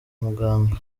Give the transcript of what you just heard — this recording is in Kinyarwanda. muganga